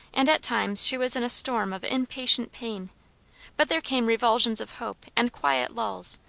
and at times she was in a storm of impatient pain but there came revulsions of hope and quiet lulls,